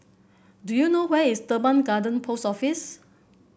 do you know where is Teban Garden Post Office